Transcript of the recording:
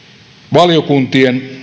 valiokuntien